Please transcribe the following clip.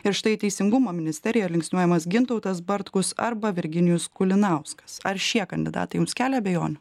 ir štai teisingumo ministerija linksniuojamas gintautas bartkus arba virginijus kulinauskas ar šie kandidatai jums kelia abejonių